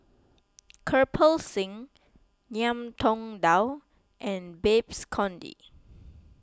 Kirpal Singh Ngiam Tong Dow and Babes Conde